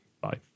bye